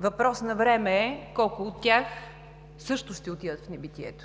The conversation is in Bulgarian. Въпрос на време е колко от тях също ще отидат в небитието.